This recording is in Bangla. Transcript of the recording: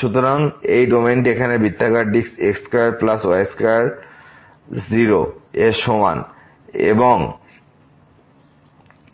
সুতরাং এই ডোমেইনটি এখানে বৃত্তাকার disk x square plus y square 0 এর সমান এবং